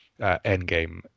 Endgame